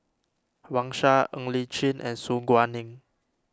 Wang Sha Ng Li Chin and Su Guaning